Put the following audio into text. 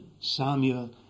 Samuel